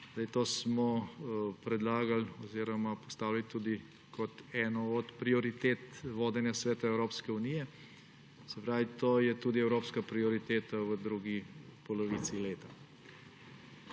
To smo predlagali oziroma postavili tudi kot eno od prioritet vodenja Sveta Evropske unije. To je tudi evropska prioriteta v drugi polovici leta.